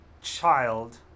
child